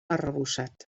arrebossat